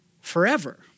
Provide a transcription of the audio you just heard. forever